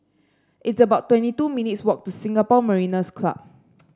it's about twenty two minutes' walk to Singapore Mariners' Club